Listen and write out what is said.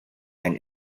and